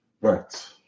Right